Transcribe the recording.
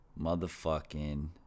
Motherfucking